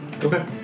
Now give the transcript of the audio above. Okay